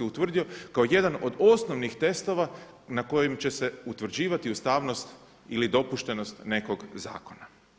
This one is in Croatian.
utvrdio kao jedan od osnovnih testova na kojim će se utvrđivati ustavnost ili dopuštenost nekog zakona.